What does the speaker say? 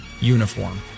uniform